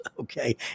Okay